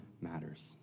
matters